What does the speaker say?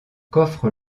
coffre